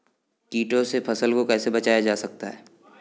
कीटों से फसल को कैसे बचाया जा सकता है?